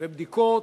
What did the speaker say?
ובדיקות,